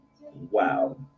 Wow